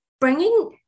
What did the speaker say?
bringing